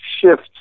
shifts